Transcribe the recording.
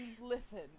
listen